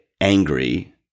angry